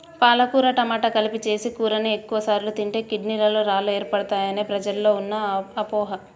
పాలకూర టమాట కలిపి చేసిన కూరని ఎక్కువ సార్లు తింటే కిడ్నీలలో రాళ్లు ఏర్పడతాయనేది ప్రజల్లో ఉన్న అపోహ